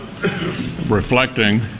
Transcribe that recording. reflecting